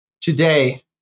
today